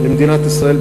למדינת ישראל,